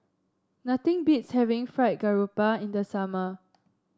nothing beats having Fried Garoupa in the summer